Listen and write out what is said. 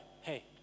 hey